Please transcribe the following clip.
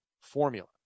formula